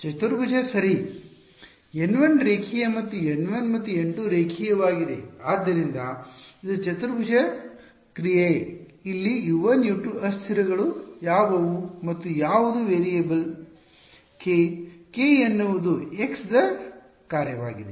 ಚತುರ್ಭುಜ ಸರಿ N 1 ರೇಖೀಯ ಮತ್ತು N 1 ಮತ್ತು N2 ರೇಖೀಯವಾಗಿವೆಆದ್ದರಿಂದ ಇದು ಚತುರ್ಭುಜ ಕ್ರಿಯೆ ಇಲ್ಲಿ U 1 U 2 ಅಸ್ಥಿರಗಳು ಯಾವುವು ಮತ್ತು ಯಾವುದು ವೇರಿಯೇಬಲ್ k k ಎನ್ನುವುದು x ದ ಕಾರ್ಯವಾಗಿದೆ